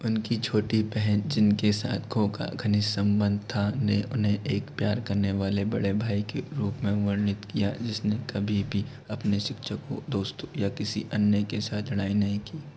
उनकी छोटी बहन जिनके साथ खो का घनिष्ठ संबंध था ने उन्हें एक प्यार करने वाले बड़े भाई के रूप में वर्णित किया जिसने कभी भी अपने शिक्षकों दोस्तों या किसी अन्य के साथ लड़ाई नहीं की